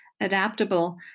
adaptable